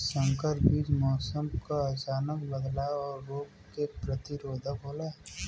संकर बीज मौसम क अचानक बदलाव और रोग के प्रतिरोधक होला